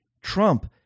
Trump